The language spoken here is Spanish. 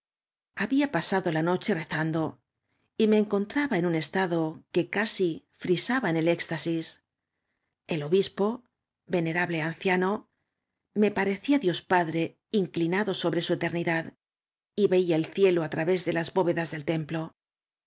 había pasado la noche rezando y me encontraba en un estado qne casi frisaba en el éxtasis el obispo venerable anciano me pare cía dios padre inclinado sobre su eternidad y veía el cielo á través de las bóvedas del templo